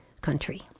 country